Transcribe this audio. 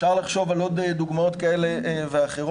אפשר לחשוב על עוד דוגמאות כאלה ואחרות,